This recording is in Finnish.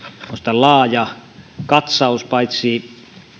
laaja katsaus paitsi